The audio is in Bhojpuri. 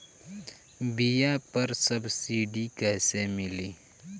बीया पर सब्सिडी कैसे मिली?